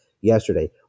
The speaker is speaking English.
yesterday